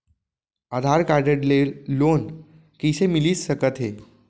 आधार card ले loan कइसे मिलिस सकत हे?